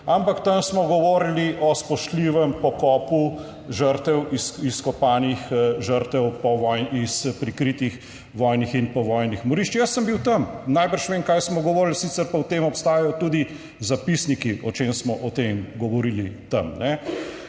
Ampak tam smo govorili o spoštljivem pokopu žrtev, izkopanih žrtev po vojni, iz prikritih vojnih in povojnih morišč. Jaz sem bil tam, najbrž vem, kaj smo govorili sicer pa o tem obstajajo tudi zapisniki, o čem smo o tem govorili tam.